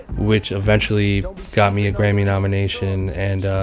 which eventually got me a grammy nomination and